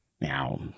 Now